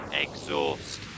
exhaust